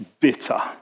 bitter